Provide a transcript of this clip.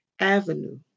Avenue